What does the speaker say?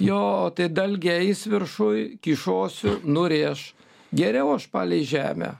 jo tai dalgiais viršuj kyšosiu nurėš geriau aš palei žemę